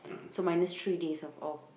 so minus three days of off